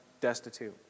destitute